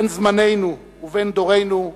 בן זמננו ובן דורנו,